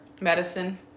Medicine